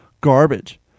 garbage